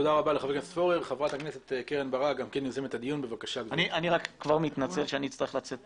אני מתנצל שאני אצטרך לצאת